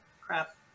crap